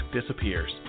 disappears